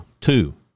two